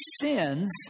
sins